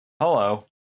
Hello